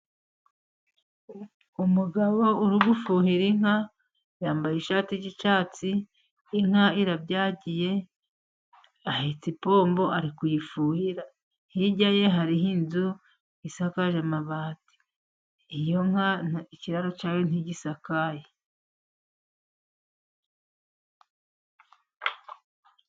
Umugabo uri gufuhira inka, yambaye ishati y'icyatsi, inka irabyagiye, ahetse ipombo ari kuyifuhira. Hirya ye hariho inzu isakaje amabati. Iyo nka ikiraro cyayo ntigisakaye.